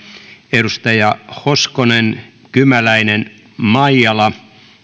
edustajat hoskonen kymäläinen maijala